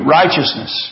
righteousness